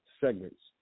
segments